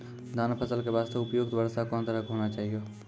धान फसल के बास्ते उपयुक्त वर्षा कोन तरह के होना चाहियो?